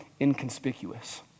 inconspicuous